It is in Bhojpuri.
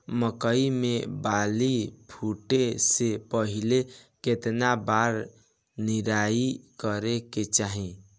मकई मे बाली फूटे से पहिले केतना बार निराई करे के चाही?